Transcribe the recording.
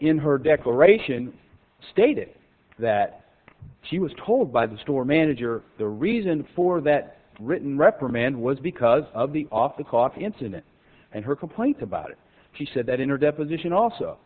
in her declaration stated that she was told by the store manager the reason for that written reprimand was because of the off the coffee incident and her complaint about it she said that in her deposition